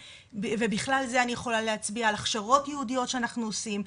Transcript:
ובכלל זה אני יכולה להצביע גם על הכשרות ייעודיות שאנחנו עושים,